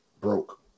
broke